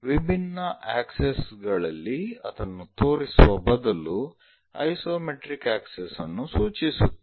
ವಿಭಿನ್ನ ಆಕ್ಸೆಸ್ ಗಳಲ್ಲಿ ಅದನ್ನು ತೋರಿಸುವ ಬದಲು ಐಸೊಮೆಟ್ರಿಕ್ ಆಕ್ಸೆಸ್ ಅನ್ನು ಸೂಚಿಸುತ್ತೇವೆ